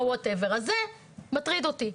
אז זה מטריד אותי.